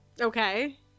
Okay